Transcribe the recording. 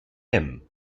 him